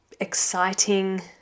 exciting